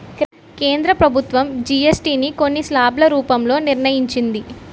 కేంద్ర ప్రభుత్వం జీఎస్టీ ని కొన్ని స్లాబ్ల రూపంలో నిర్ణయించింది